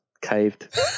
caved